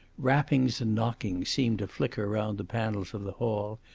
rappings and knockings seemed to flicker round the panels of the hall,